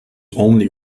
only